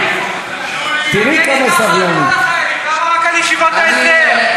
למה רק על ישיבות ההסדר?